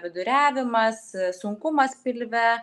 viduriavimas sunkumas pilve